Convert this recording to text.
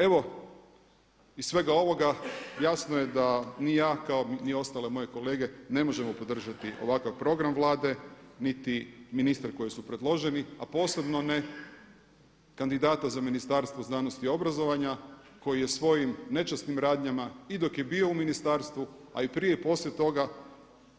Evo iz svega ovoga jasno je da ni ja kao ni ostale moje kolege ne možemo podržati ovakav program Vlade niti ministre koje su predloženi, a ne posebno ne kandidata za Ministarstvo znanosti i obrazovanja koji je svojim nečasnim radnjama i dok je bio u ministarstvu, a i prije i poslije toga